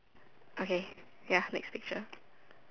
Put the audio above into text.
okay ya next picture